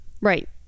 Right